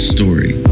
Story